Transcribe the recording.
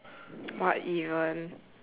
what even